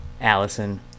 Allison